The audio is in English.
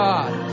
God